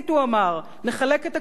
נחלק את הכול מחדש.